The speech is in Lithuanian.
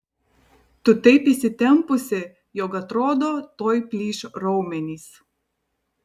tu taip įsitempusi jog atrodo tuoj plyš raumenys